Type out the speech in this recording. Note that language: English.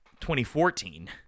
2014